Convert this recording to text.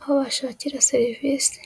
aho bashakira serivisi.